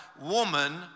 woman